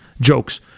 jokes